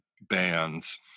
bands